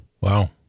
Wow